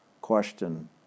question